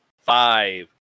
five